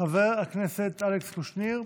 חבר הכנסת אלכס קושניר,